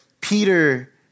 Peter